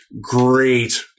great